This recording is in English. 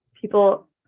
people